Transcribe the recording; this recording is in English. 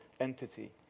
entity